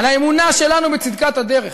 על האמונה שלנו בצדקת הדרך.